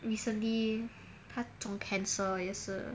recently 她中 cancer 也是